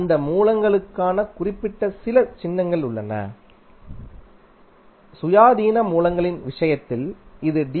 அந்த மூலங்களுக்காக குறிப்பிடப்பட்ட சில சின்னங்கள் உள்ளன சுயாதீன மூலங்களின் விஷயத்தில் இது டி